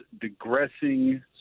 digressing